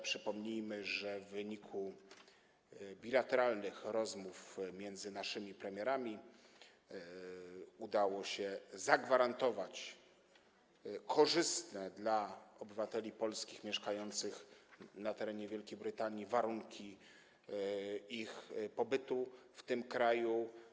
Przypomnijmy, że w wyniku bilateralnych rozmów między naszymi premierami udało się zagwarantować korzystne dla obywateli polskich mieszkających na terenie Wielkiej Brytanii warunki ich pobytu w tym kraju.